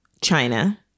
China